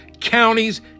counties